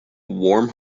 warm